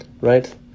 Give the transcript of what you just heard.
right